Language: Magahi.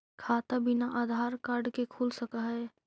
खाता बिना आधार कार्ड के खुल सक है?